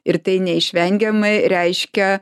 ir tai neišvengiamai reiškia